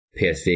psv